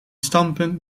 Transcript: standpunt